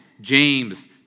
James